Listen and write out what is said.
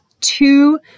two